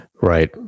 Right